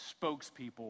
spokespeople